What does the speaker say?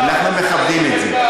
אנחנו מכבדים את זה.